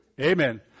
Amen